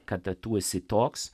kada tu esi toks